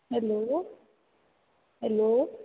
hello hello